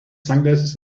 sunglasses